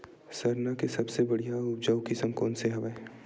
सरना के सबले बढ़िया आऊ उपजाऊ किसम कोन से हवय?